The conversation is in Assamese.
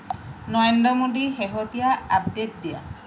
নৰেন্দ্ৰ মোডীৰ শেহতীয়া আপডেট দিয়া